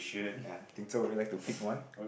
ya Ding Zhou you like to pick one